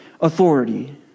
authority